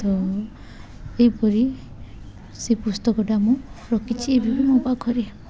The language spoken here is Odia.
ତ ଏହିପରି ସେ ପୁସ୍ତକଟା ମୁଁ ରଖିଛି ଏବେ ବି ମୋ ପାଖରେ